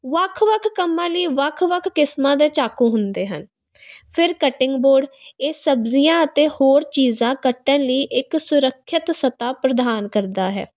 ਵੱਖ ਵੱਖ ਕੰਮਾਂ ਲਈ ਵੱਖ ਵੱਖ ਕਿਸਮਾਂ ਦੇ ਚਾਕੂ ਹੁੰਦੇ ਹਨ ਫਿਰ ਕਟਿੰਗ ਬੋਰਡ ਇਹ ਸਬਜ਼ੀਆਂ ਅਤੇ ਹੋਰ ਚੀਜ਼ਾਂ ਕੱਟਣ ਲਈ ਇੱਕ ਸੁਰੱਖਿਆ ਸੱਤਾ ਪ੍ਰਦਾਨ ਕਰਦਾ ਹੈ